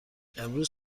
امروز